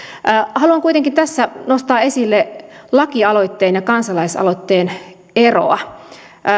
haluan kuitenkin tässä nostaa esille lakialoitteen ja kansalaisaloitteen eroa